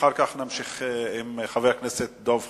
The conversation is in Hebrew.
ואחר כך נמשיך עם חבר הכנסת דב חנין,